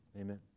Amen